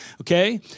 okay